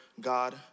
God